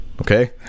okay